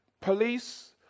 police